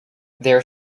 their